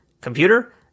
Computer